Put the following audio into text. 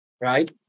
right